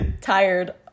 tired